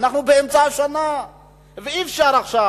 אנחנו באמצע השנה ואי-אפשר עכשיו,